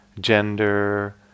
gender